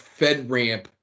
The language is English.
FedRAMP